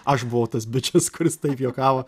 aš buvau tas bičas kuris taip juokavo